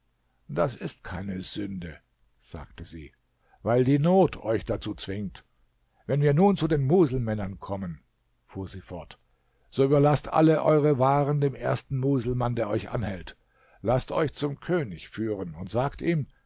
das ist kein sünde sagte sie weil die not euch dazu zwingt wenn wir nun zu den muselmännern kommen fuhr sie fort so überlaßt alle eure waren dem ersten muselmann der euch anhält laßt euch zum könig führen und sagt ihm